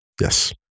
Yes